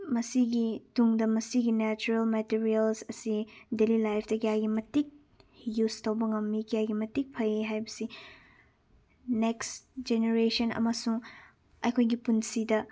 ꯃꯁꯤꯒꯤ ꯇꯨꯡꯗ ꯃꯁꯤꯒꯤ ꯅꯦꯆꯔꯦꯜ ꯃꯦꯇꯔꯤꯌꯦꯜꯁ ꯑꯁꯤ ꯗꯦꯂꯤ ꯂꯥꯏꯐꯇ ꯀꯌꯥꯒꯤ ꯃꯇꯤꯛ ꯌꯨꯁ ꯇꯧꯕ ꯉꯝꯏ ꯀꯌꯥꯒꯤ ꯃꯇꯤꯛ ꯐꯩ ꯂꯥꯏꯕꯁꯤ ꯅꯦꯛꯁ ꯖꯦꯔꯦꯅꯦꯁꯟ ꯑꯃꯁꯨꯝ ꯑꯩꯈꯣꯏꯒꯤ ꯄꯨꯟꯁꯤꯗ